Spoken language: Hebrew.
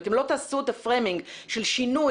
אם אתם לא תעשו את הפריימינג של שינוי